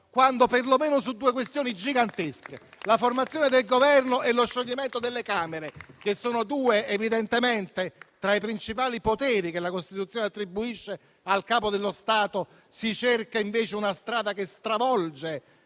quando perlomeno su due questioni gigantesche, la formazione del Governo e lo scioglimento delle Camere, che sono due tra i principali poteri che la Costituzione attribuisce al Capo dello Stato, si cerca invece una strada che stravolge